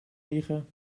liegen